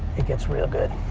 it gets real good.